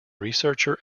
researcher